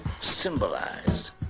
symbolized